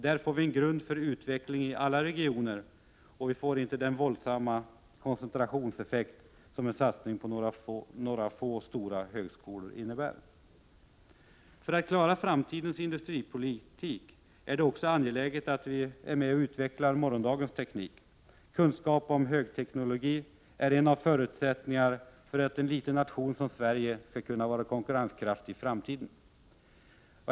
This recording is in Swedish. Då får vi en grund för utveckling i alla regioner, och vi får inte den våldsamma koncentrationseffekt som en satsning på några få, stora högskolor innebär. För att klara framtidens industripolitik är det också angeläget att vi är med och utvecklar morgondagens teknik. Kunskap om högteknologi är en av förutsättningarna för att en liten nation som Sverige skall kunna vara konkurrenskraftig i framtiden.